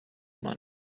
money